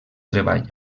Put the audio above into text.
treball